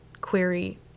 query